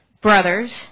brothers